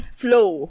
flow